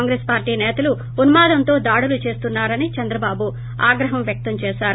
Congress party నేతలు ఉన్మాదంతో దాడులు చేస్తున్నారని చంద్రబాబు ఆగ్రహం వ్యక్తం చేశారు